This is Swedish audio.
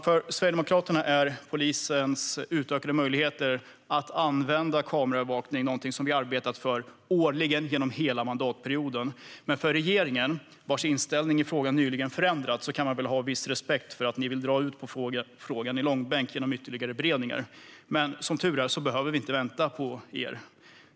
För Sverigedemokraterna är polisens utökade möjligheter att använda kameraövervakning något som vi har arbetat för årligen genom hela mandatperioden. Man kan ha viss respekt för att regeringen, vars inställning i frågan nyligen förändrats, vill dra frågan i långbänk genom ytterligare beredningar. Men som tur är behöver vi inte vänta på regeringen.